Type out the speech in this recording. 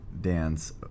dance